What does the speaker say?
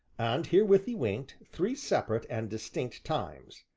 and herewith he winked, three separate and distinct times.